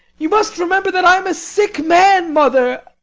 you must remember that i am a sick man, mother.